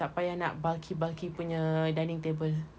tak payah nak bulky bulky punya dining table